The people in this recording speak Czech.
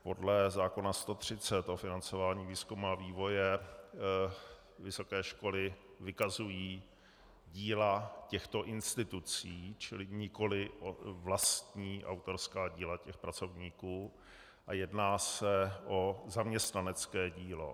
Podle zákona č. 130 o financování výzkumu a vývoje vysoké školy vykazují díla těchto institucí, čili nikoli vlastní autorská díla těch pracovníků, a jedná se o zaměstnanecké dílo.